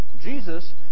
Jesus